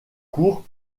cours